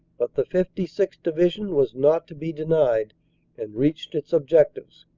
but the fifty sixth. division was not to be denied and reached its objectives.